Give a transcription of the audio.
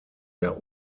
der